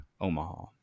Omaha